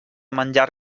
menjar